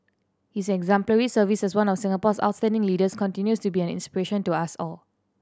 his exemplary service as one of Singapore's outstanding leaders continues to be an inspiration to us all